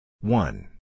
one